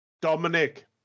Dominic